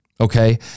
Okay